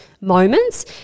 moments